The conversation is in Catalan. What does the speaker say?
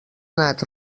anat